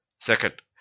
Second